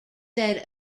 said